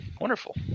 Wonderful